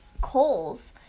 coals